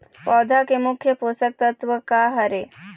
पौधा के मुख्य पोषकतत्व का हर हे?